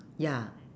ya